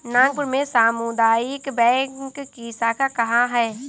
नागपुर में सामुदायिक बैंक की शाखा कहाँ है?